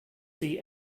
see